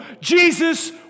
Jesus